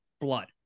blood